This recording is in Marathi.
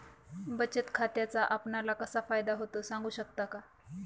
बचत खात्याचा आपणाला कसा फायदा होतो? सांगू शकता का?